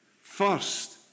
first